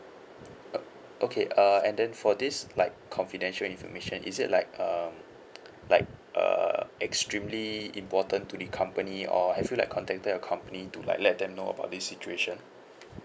uh okay uh and then for this like confidential information is it like um like uh extremely important to the company or have you like contacted your company to like let them know about this situation